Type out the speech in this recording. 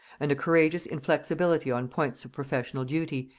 and a courageous inflexibility on points of professional duty,